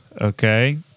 Okay